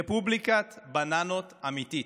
רפובליקת בננות אמיתית.